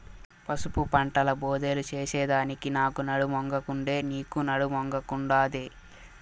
పసుపు పంటల బోదెలు చేసెదానికి నాకు నడుమొంగకుండే, నీకూ నడుమొంగకుండాదే